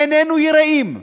איננו יראים.